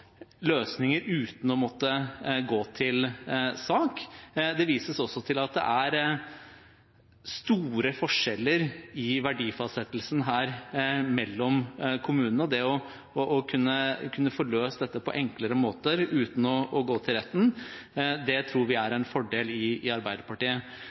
løsninger uten å måtte gå til sak. Det vises også til at det er store forskjeller i verdifastsettelsen her mellom kommunene, og at man må kunne få løst dette på enklere måter uten å gå til retten. Det tror vi i Arbeiderpartiet er